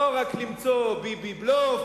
ולא רק למצוא "ביביבלוף",